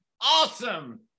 awesome